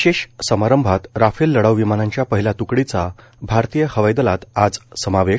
विशेष समारंभात राफेल लढाऊ विमानांच्या पहिल्या तुकडीचा भारतीय हवाईदलात समावेश